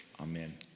Amen